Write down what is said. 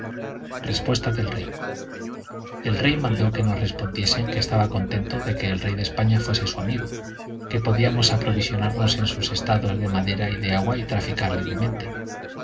respuesta del rey el rey mandó que nos respondiesen que estaba contento de que el rey de españa fuese su amigfo que podíamos aprovisionarnos en sus estados de madera y de agua y traficar libremente